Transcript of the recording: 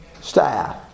staff